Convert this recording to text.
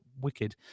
wicked